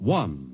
one